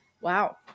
wow